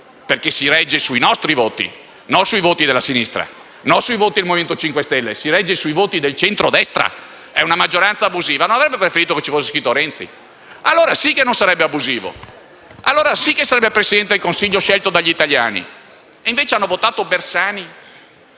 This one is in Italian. perché si regge sui nostri voti, non su quelli della sinistra, non su quelli del Movimento 5 Stelle: si regge sui voti del centrodestra. È una maggioranza abusiva. Non avrebbe preferito che su quella scheda fosse scritto il suo nome? Allora sì che non sarebbe abusivo; allora sì che sarebbe il Presidente del Consiglio scelto dagli italiani, che invece hanno votato Bersani.